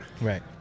Right